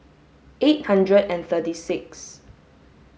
eight hundred and thirty six